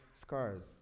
scars